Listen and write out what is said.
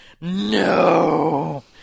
no